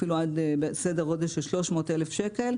אפילו עד סדר גודל של 300,000 שקל,